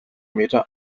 meter